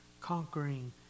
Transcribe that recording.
conquering